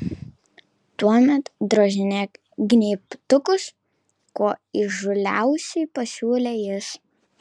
tuomet drožinėk gnybtukus kuo įžūliausiai pasiūlė jis